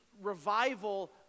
revival